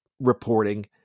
reporting